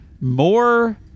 more